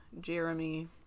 Jeremy